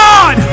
God